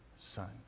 son